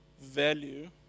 value